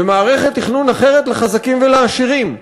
ומערכת תכנון אחרת לחזקים ולעשירים.